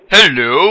Hello